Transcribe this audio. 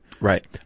Right